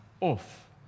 off